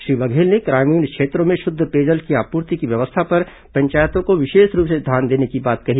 श्री बघेल ने ग्रामीण क्षेत्रों में शुद्ध पेयजल की आपूर्ति की व्यवस्था पर पंचायतों को विशेष रूप से ध्यान देने की बात कही